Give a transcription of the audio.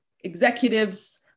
executives